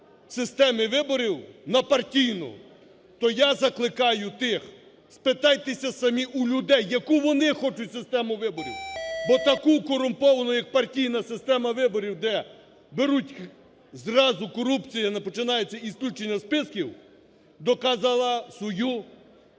систему виборів на партійну, то я закликаю тих, спитайтеся самі у людей, яку вони хочуть систему виборів? Бо таку корумповану як партійна система виборів, де беруть… зразу корупція починається із включення списків, доказала свою